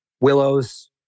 willows